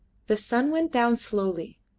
the sun went down slowly.